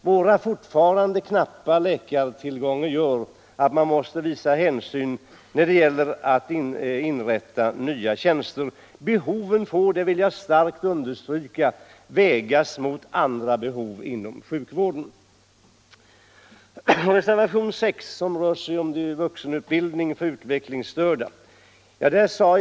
Den fortfarande knappa tillgången på läkare gör att man måste visa hänsyn när det gäller att inrätta nya tjänster. Behoven får —- det vill jag starkt understryka — vägas mot andra behov inom sjukvården. Reservationen 6 tar upp frågan om vuxenutbildning för psykiskt utvecklingsstörda.